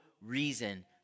reason